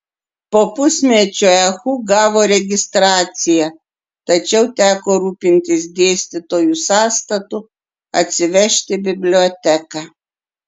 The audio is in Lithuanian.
po pusmečio ehu gavo registraciją tačiau teko rūpintis dėstytojų sąstatu atsivežti biblioteką